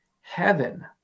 heaven